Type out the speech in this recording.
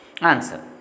Answer